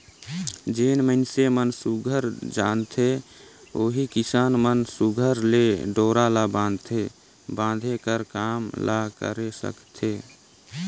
जेन मइनसे मन सुग्घर जानथे ओही किसान मन सुघर ले डोरा ल बांधे कर काम ल करे सकथे